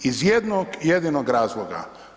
Iz jednog jedinog razloga.